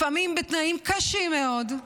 לפעמים בתנאים קשים מאוד,